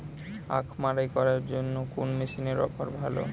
আখ মাড়াই করার জন্য কোন মেশিনের অফার ভালো?